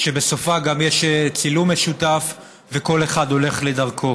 שבסופה גם יש צילום משותף וכל אחד הולך לדרכו,